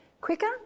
quicker